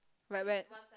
like what